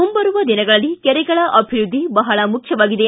ಮುಂಬರುವ ದಿನಗಳಲ್ಲಿ ಕೆರೆಗಳ ಅಭಿವೃದ್ಧಿ ಬಹಳ ಮುಖ್ಯವಾಗಿದೆ